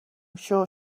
sure